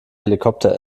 helikopter